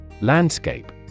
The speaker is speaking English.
Landscape